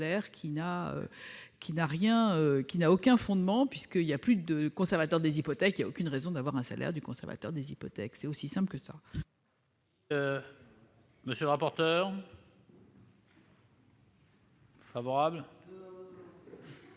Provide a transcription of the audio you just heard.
qui n'a aucun fondement. Puisqu'il n'y a plus de conservateur des hypothèques, il n'y a aucune raison d'avoir un salaire du conservateur des hypothèques. C'est aussi simple que ça ! Quel est l'avis de